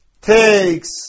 takes